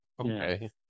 okay